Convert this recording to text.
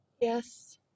Yes